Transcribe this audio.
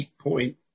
point